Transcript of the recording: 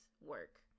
work